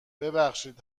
ببخشید